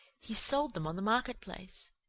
he sold them on the market place.